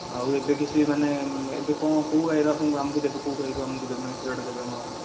ଆଉ ଏବେ କିଛି ମାନେ ଏବେ କ'ଣ କେଉଁ ଗାଈର ଆପଣ ଆମକୁ ଦେବେ କେଉଁ ଗାଈକୁ ଆମକୁ ଦେବେ ମାନେ କ୍ଷୀରଟା ଦେବେ ଆମର